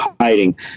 hiding